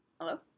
Hello